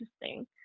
interesting